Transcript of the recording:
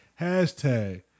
hashtag